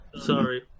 Sorry